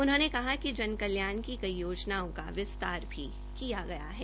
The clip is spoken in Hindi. उन्होंने कहा कि जन कल्याण की कई योजनाओं का विस्तार भी किया गया है